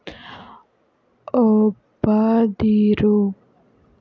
ಒಪ್ಪದಿರು